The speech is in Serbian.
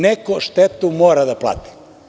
Neko štetu mora da plati.